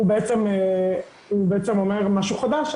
הוא בעצם אומר משהו חדש.